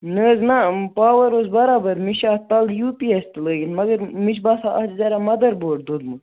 نَہ حظ نَہ پاور اوس بَرابر مےٚ چھُ اَتھ تَلہٕ یوٗ پی ایٚس تہِ لٲگِتھ مگر مےٚ چھُ باسان اَتھ چھِ زٔہرا مَدربورڈ دوٚدمُت